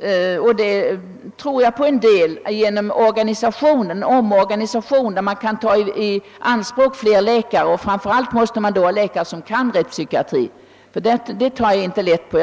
— och detta tror jag till en del på — en omorganisation så att fler läkare, helst sådana som kan rättspsykiatri, kan tas i anspråk?